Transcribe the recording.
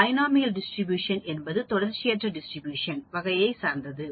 binomial distribution என்பது தொடர்ச்சியற்ற distribution வகையை சார்ந்தது